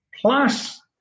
Plus